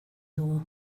dugu